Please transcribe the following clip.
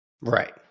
Right